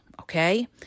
okay